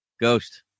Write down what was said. ghost